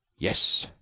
yes,